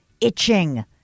itching